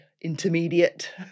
Intermediate